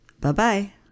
Bye-bye